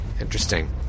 Interesting